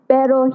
Pero